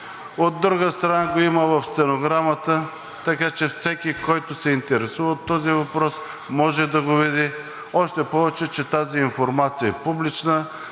От друга страна, го има в стенограмата, така че всеки, който се интересува от този въпрос, може да го види, още повече че тази информация е публична.